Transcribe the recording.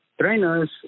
trainers